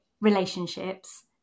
relationships